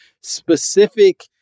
specific